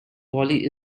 volley